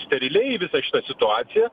steriliai į visą šitą situaciją